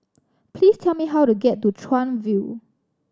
please tell me how to get to Chuan View